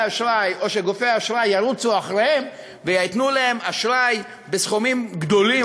אשראי או שגופי האשראי ירוצו אחריהם וייתנו להם אשראי בסכומים גדולים